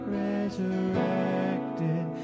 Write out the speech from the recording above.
resurrected